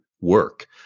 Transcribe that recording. work